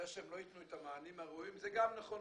זה שהם לא יתנו את המענים הראויים זה גם נכון,